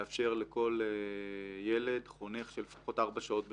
לאפשר לכל ילד חונך של לפחות ארבע שעות בשבוע.